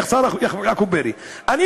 אני,